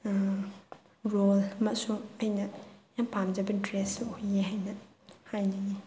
role ꯑꯃꯁꯨ ꯑꯩꯅ ꯌꯥꯝ ꯄꯥꯝꯖꯕ ꯗ꯭ꯔꯦꯁꯁꯨ ꯑꯣꯏ ꯍꯥꯏꯅ ꯍꯥꯏꯅꯤꯡꯏ